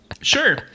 Sure